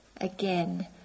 again